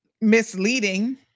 misleading